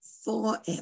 forever